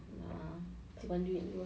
ya simpan duit dulu ah